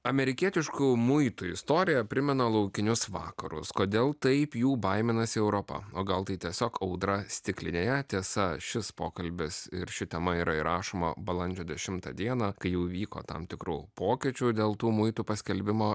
amerikietiškų muitų istorija primena laukinius vakarus kodėl taip jų baiminasi europa o gal tai tiesiog audra stiklinėje tiesa šis pokalbis ir ši tema yra įrašoma balandžio dešimtą dieną kai jau įvyko tam tikrų pokyčių dėl tų muitų paskelbimo